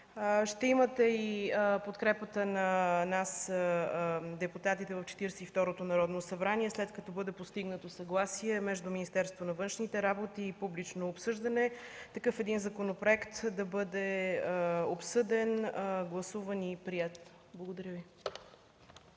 Ще имате и подкрепата на нас – депутатите от Четиридесет и второто Народно събрание, след като бъде постигнато съгласие между Министерството на външните работи и публично обсъждане такъв един законопроект да бъде обсъден, гласуван и приет. Благодаря Ви.